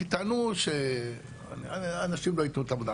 כי טענו שאנשים לא יתנו את העבודה.